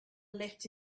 left